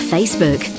Facebook